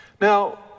Now